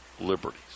Liberties